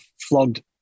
flogged